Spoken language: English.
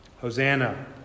Hosanna